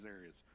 areas